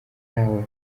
ntawe